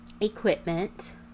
equipment